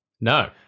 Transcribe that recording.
No